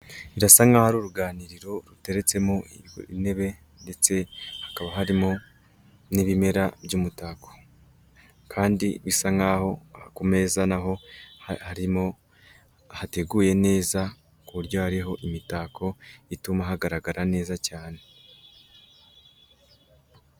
Birasa nk'aho ari uruganiriro ruteretsemo intebe, ndetse hakaba harimo n'ibimera by'umutako, kandi bisa nkaho ku meza naho harimo hateguye neza, ku buryo hariho imitako ituma hagaragara neza cyane.